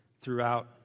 throughout